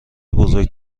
بزرگ